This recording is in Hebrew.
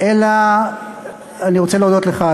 אלא אני רוצה להודות לך,